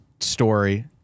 story